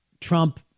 Trump